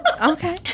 Okay